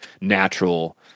natural